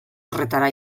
horretara